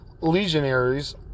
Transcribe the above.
legionaries